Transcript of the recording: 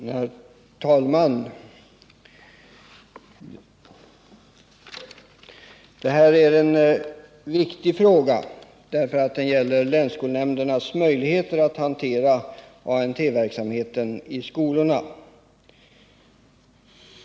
Herr talman! Detta är en viktig fråga, därför att den gäller länsskolnämndernas möjligheter att hantera ANT-verksamheten i skolorna.